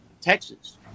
Texas